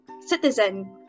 citizen